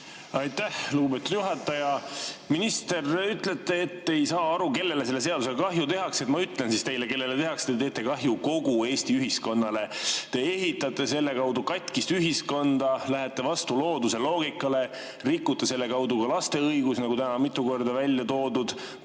Aitäh, lugupeetud juhataja! Minister, te ütlete, et te ei saa aru, kellele selle seadusega kahju tehakse. Ma ütlen siis teile, kellele tehakse. Te teete kahju kogu Eesti ühiskonnale. Te ehitate selle kaudu katkist ühiskonda, lähete vastu looduse loogikale, rikute selle kaudu ka laste õigusi, nagu täna on mitu korda välja toodud.